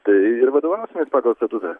tai ir vadovausimės pagal statutą